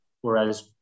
Whereas